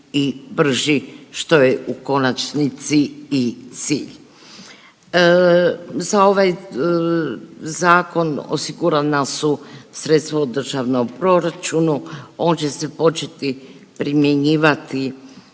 i brži što je u konačnici i cilj. Za ovaj zakon osigurana su sredstva u državnom proračunu. On će se početi primjenjivati